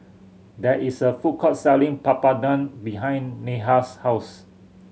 there is a food court selling Papadum behind Neha's house